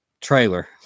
trailer